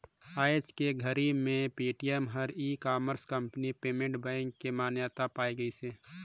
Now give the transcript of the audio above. आयज के घरी मे पेटीएम हर e commerce company payment bank के मान्यता पाए गइसे